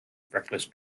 reckless